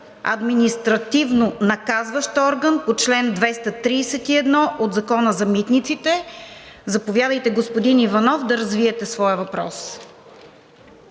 административно наказващ орган по чл. 231 от Закона за митниците. Заповядайте, господин Иванов, да развиете своя въпрос.